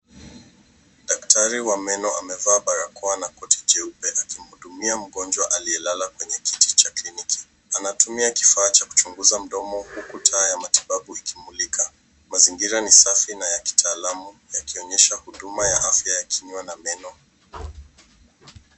Daktari wa meno amevaa barakoa na koti jeupe akimhudumia mgonjwa aliyelala kwenye kiti cha kliniki. Anatumia kifaa cha kuchunguza mdomo huku taa ya matibabu ikimulika. Mazingira ni safi na ya kitaalamu yakionyesha huduma ya afya ya kinywa na meno.